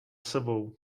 sebou